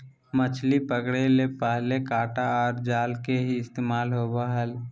मछली पकड़े ले पहले कांटा आर जाल के ही इस्तेमाल होवो हल